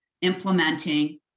implementing